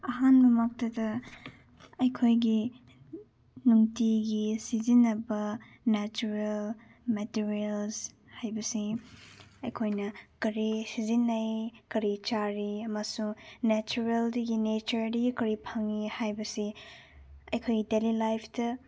ꯑꯍꯥꯟꯕ ꯃꯛꯇꯗ ꯑꯩꯈꯣꯏꯒꯤ ꯅꯨꯡꯇꯤꯒꯤ ꯁꯤꯖꯤꯟꯅꯕ ꯅꯦꯆꯔꯦꯜ ꯃꯦꯇꯔꯤꯌꯦꯜꯁ ꯍꯥꯏꯕꯁꯤ ꯑꯩꯈꯣꯏꯅ ꯀꯔꯤ ꯁꯤꯖꯤꯟꯅꯩ ꯀꯔꯤ ꯆꯥꯔꯤ ꯑꯃꯁꯨꯡ ꯅꯦꯆꯔꯦꯜꯗꯒꯤ ꯅꯦꯆꯔꯗꯒꯤ ꯀꯔꯤ ꯐꯪꯏ ꯍꯥꯏꯕꯁꯤ ꯑꯩꯈꯣꯏꯒꯤ ꯗꯦꯂꯤ ꯂꯥꯏꯐꯇ